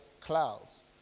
clouds